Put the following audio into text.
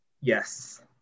Yes